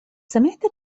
سمعت